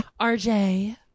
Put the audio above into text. RJ